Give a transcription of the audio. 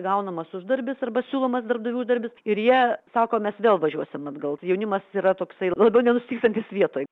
gaunamas uždarbis arba siūlomas darbdavių uždarbis ir jie sako mes vėl važiuosim atgal jaunimas yra toksai labai nenustygstantis vietoj